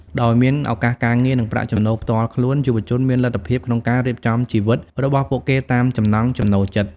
ដោយមានឱកាសការងារ និងប្រាក់ចំណូលផ្ទាល់ខ្លួន យុវជនមានលទ្ធភាពក្នុងការរៀបចំជីវិតរបស់ពួកគេតាមចំណង់ចំណូលចិត្ត។